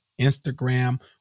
Instagram